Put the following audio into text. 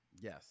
Yes